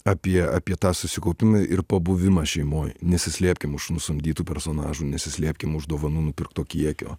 apie apie tą susikaupimą ir pabuvimą šeimoj nesislėpkim už nusamdytų personažų nesislėpkim už dovanų nupirkto kiekio